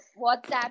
WhatsApp